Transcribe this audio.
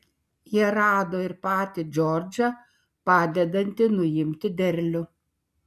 jie rado ir patį džordžą padedantį nuimti derlių